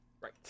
Right